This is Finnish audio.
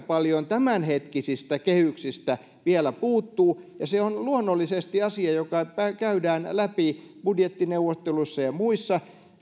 paljon tämänhetkisistä kehyksistä vielä puuttuu ja se on luonnollisesti asia joka käydään läpi budjettineuvotteluissa ja muissa